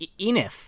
Enif